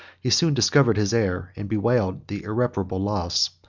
he soon discovered his error, and bewailed the irreparable loss.